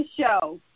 show